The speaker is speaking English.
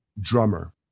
drummer